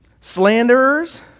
Slanderers